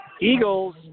Eagles